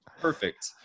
perfect